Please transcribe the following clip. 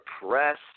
Press